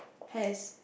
has